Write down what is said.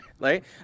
right